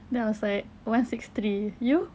then I was like one six three you